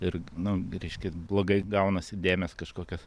ir nu reiškia blogai gaunasi dėmės kažkokios